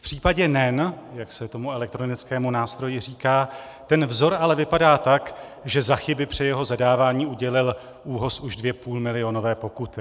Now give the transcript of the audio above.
V případě NEN, jak se tomu elektronickému nástroji říká, ten vzor ale vypadá tak, že za chyby při jeho zadávání udělil ÚOHS už dvě půlmilionové pokuty.